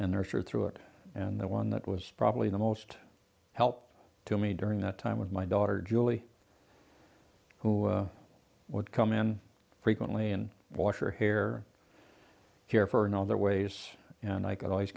and there sure through it and the one that was probably the most help to me during that time with my daughter julie who would come in frequently and wash your hair care for and all their ways and i could always